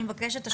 אני מבקשת,